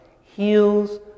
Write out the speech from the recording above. heals